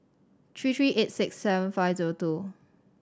three three eight six seven five zero two